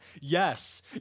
Yes